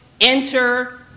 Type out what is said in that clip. Enter